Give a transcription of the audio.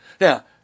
Now